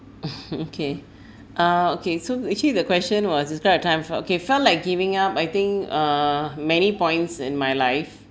okay uh okay so actually the question was describe a time for okay felt like giving up I think uh many points in my life